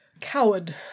Coward